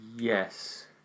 Yes